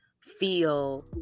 feel